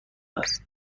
است